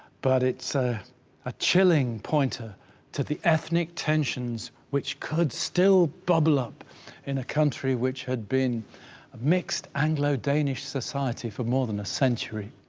but it's ah a chilling pointer to the ethnic tensions which could still bubble up in a country which had been mixed anglo danish society for more than a century.